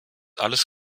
alles